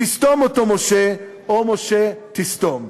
/ תסתום אותו משה, הו משה, תסתום.